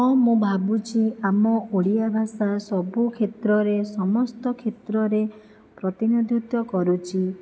ହଁ ମୁଁ ଭାବୁଛି ଆମ ଓଡ଼ିଆ ଭାଷା ସବୁ କ୍ଷେତ୍ରରେ ସମସ୍ତ କ୍ଷେତ୍ରରେ ପ୍ରତିନିଧିତ୍ଵ କରୁଛି